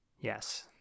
Yes